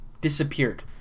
Disappeared